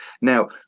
Now